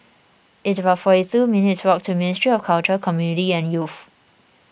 it's about forty two minutes' walk to Ministry of Culture Community and Youth